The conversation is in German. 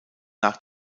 nach